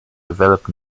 develop